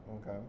Okay